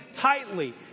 tightly